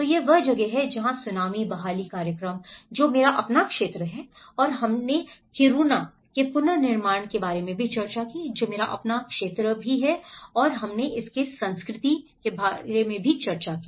तो यह वह जगह है जहाँ सुनामी बहाली कार्यक्रम जो मेरा अपना क्षेत्र है और हमने किरुना के पुनर्निर्माण के बारे में भी चर्चा की जो मेरा अपना क्षेत्र भी है और हमने इसके संस्कृति भाग में चर्चा की